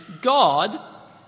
God